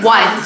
One